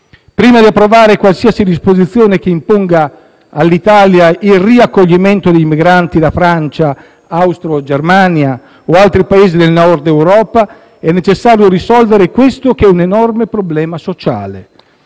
Prima di approvare qualsiasi disposizione che imponga all'Italia il riaccoglimento dei migranti da Francia, Austria, Germania o altri Paesi del Nord Europa, è necessario risolvere questo, che è un enorme problema sociale.